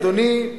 אדוני,